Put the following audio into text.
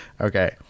Okay